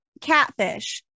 catfish